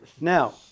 Now